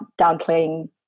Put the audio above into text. downplaying